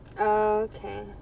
okay